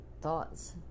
thoughts